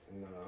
No